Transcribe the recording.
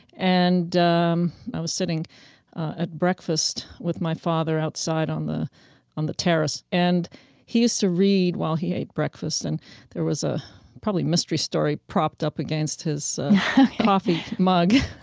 and um i was sitting at breakfast with my father outside on the on the terrace. and he used to read while he ate breakfast, and there was ah probably a mystery story propped up against his coffee mug.